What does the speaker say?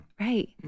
right